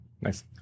Nice